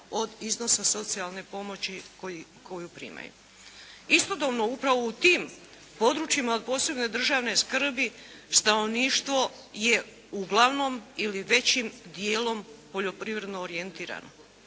od iznosa socijalne pomoći koju primaju. Istodobno upravo u tim područjima od posebne državne skrbi stanovništvo je uglavnom ili većim dijelom poljoprivredno orijentirano.